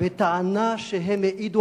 בטענה שהם העידו